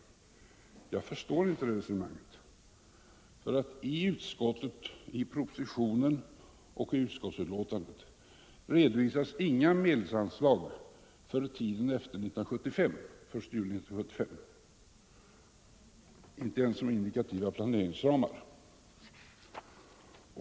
Jag förstår inte det resonemanget. I propositionen och i utskottsbetänkandet redovisas inga medelsanslag för tiden efter den 1 juli 1975, inte ens som indikativa planeringsramar.